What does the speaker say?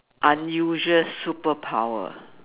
unusual superpower